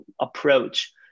approach